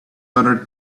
other